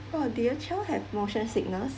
oh did your child have motion sickness